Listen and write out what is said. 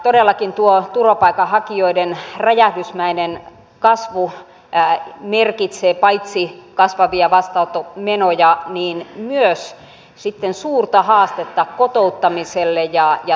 todellakin tuo turvapaikanhakijoiden räjähdysmäinen kasvu merkitsee paitsi kasvavia vastaanottomenoja myös sitten suurta haastetta kotouttamiselle ja työllistämiselle